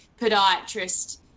podiatrist